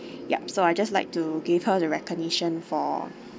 yup so I'd just like to gave her the recognition for